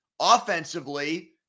Offensively